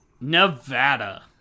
Nevada